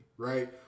Right